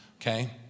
okay